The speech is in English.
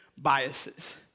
biases